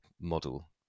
model